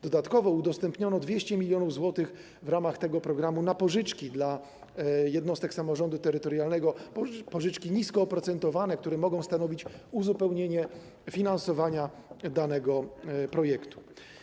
Dodatkowo udostępniono 200 mln zł w ramach tego programu na pożyczki dla jednostek samorządu terytorialnego, pożyczki niskooprocentowane, które mogą stanowić uzupełnienie finansowania danego projektu.